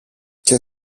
και